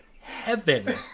Heaven